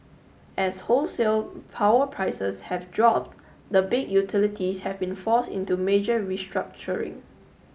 as wholesale power prices have dropped the big utilities have been forced into major restructuring